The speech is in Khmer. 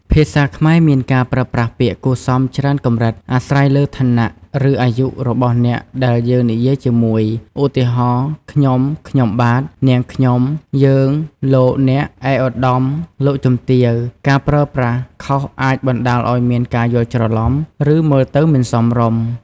ភាសាខ្មែរមានការប្រើប្រាស់ពាក្យគួរសមច្រើនកម្រិត អាស្រ័យលើឋានៈ ឬអាយុរបស់អ្នកដែលយើងនិយាយជាមួយ ឧទាហរណ៍ ខ្ញុំ ខ្ញុំបាទ នាងខ្ញុំ យើង លោក អ្នក ឯកឧត្តម លោកជំទាវ។ ការប្រើប្រាស់ខុសអាចបណ្ដាលឱ្យមានការយល់ច្រឡំ ឬមើលទៅមិនសមរម្យ។